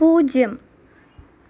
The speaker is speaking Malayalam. പൂജ്യം